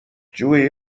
جویی